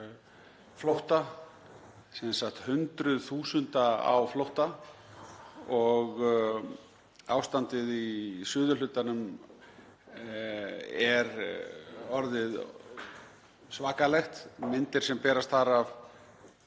flótta, sem sagt hundruð þúsunda á flótta, og ástandið í suðurhlutanum er orðið svakalegt. Myndir sem berast þaðan